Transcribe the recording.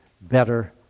better